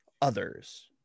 others